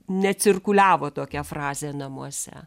necirkuliavo tokia frazė namuose